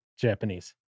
Japanese